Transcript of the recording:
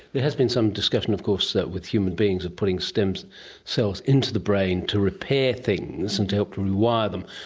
there has been some discussion of course with human beings of putting stem so cells into the brain to repair things and to help to rewire them.